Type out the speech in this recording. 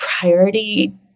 priority